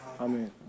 amen